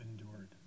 endured